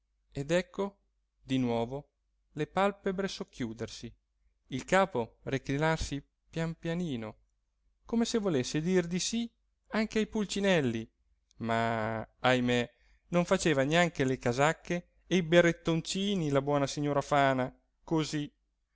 ed ecco di nuovo le palpebre socchiudersi il capo reclinarsi pian pianino come se volesse dir di sì anche ai pulcinelli ma ahimè non faceva neanche le casacche e i berrettoncini la buona signora fana così